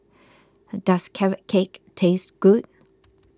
does Carrot Cake taste good